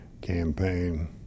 campaign